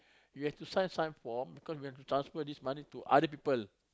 you have to sign some form because we have to transfer this money to other people